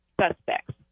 suspects